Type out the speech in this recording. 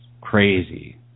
crazy